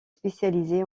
spécialisé